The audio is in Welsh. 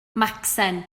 macsen